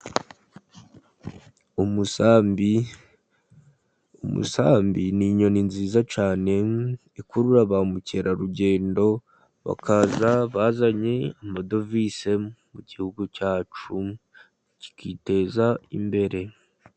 Umusambi, umusambi ni inyoni nziza cyane ikurura ba mukerarugendo, bakaza bazanye amadovize mu gihugu cyacu kikiteza imbere.